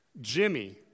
Jimmy